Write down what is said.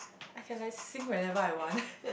I can like sing whenever I want